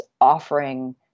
offering